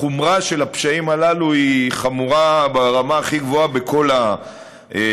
החומרה של הפשעים הללו היא חמורה ברמה הכי גבוהה בכל המובנים.